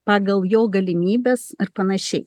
pagal jo galimybes ir panašiai